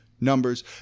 numbers